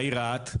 בעיר רהט,